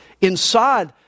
Inside